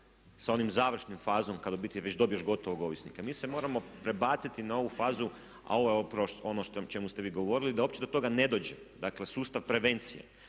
sa onom završnom fazom kad u biti već dobiješ gotovog ovisnika. Mi se moramo prebaciti na ovu fazu, a ovo je upravo ono o čemu ste vi govorili, da uopće do toga ne dođe. Dakle, sustav prevencije.